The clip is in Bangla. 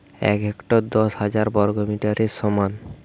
এক হেক্টর দশ হাজার বর্গমিটারের সমান